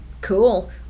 Cool